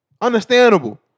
Understandable